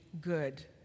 good